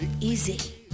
easy